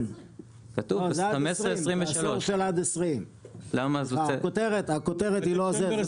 זה עשור של עד 2020. הכותרת לא נכונה,